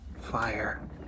fire